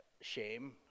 shame